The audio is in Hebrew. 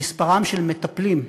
מספרם של המטפלים,